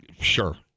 Sure